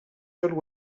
seuls